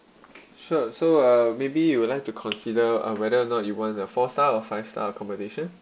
sure so uh maybe you would like to consider uh whether or not you want a four star of five star accommodation